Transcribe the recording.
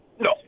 No